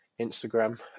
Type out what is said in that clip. Instagram